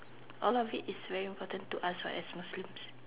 all of it is very important to us what as Muslims